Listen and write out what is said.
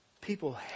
people